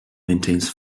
maintains